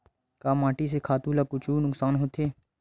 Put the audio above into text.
का माटी से खातु ला कुछु नुकसान होथे?